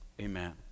Amen